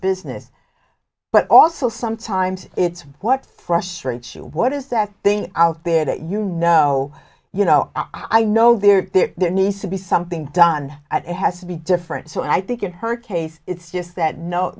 business but also sometimes it's what frustrates you what is that thing out there that you know you know i know there needs to be something done at it has to be different so i think in her case it's just that no